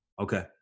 Okay